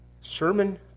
Sermon